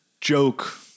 joke